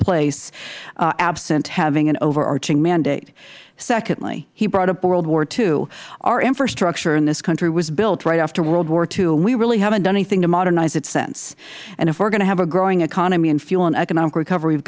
place absent having an over arching mandate secondly he brought up world war ii our infrastructure in this country was built right after world war ii and we really haven't done anything to modernize it since and if we are going to have a growing economy and fuel an economic recovery we